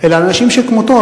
אלא אנשים שכמותו,